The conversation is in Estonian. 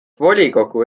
volikogu